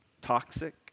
toxic